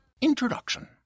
Introduction